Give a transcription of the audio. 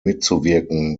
mitzuwirken